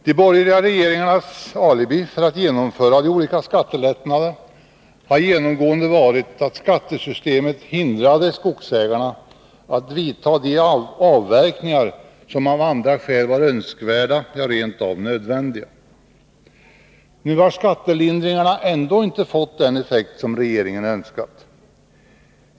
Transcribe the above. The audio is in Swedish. De borgerliga regeringarnas alibi för att genomföra de olika skattelättnaderna har genomgående varit att skattesystemet hindrade skogsägarna att vidta de avverkningar som av andra skäl varit önskvärda, ja, rent av nödvändiga. Nu har skattelindringarna inte fått den effekt som regeringen önskat.